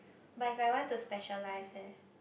but if I want to specialise eh